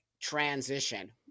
transition